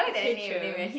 okay true